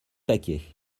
paquet